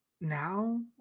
Now